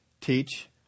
teach